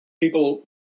People